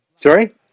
Sorry